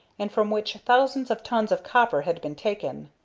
and from which thousands of tons of copper had been taken.